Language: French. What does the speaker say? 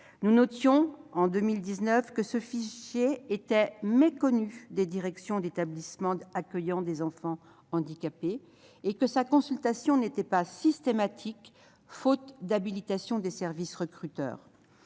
Nous notions, en 2019, que ce fichier était méconnu des directions d'établissements accueillant des enfants handicapés et que sa consultation n'était pas systématique, faute d'habilitation des services recruteurs.